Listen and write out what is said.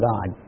God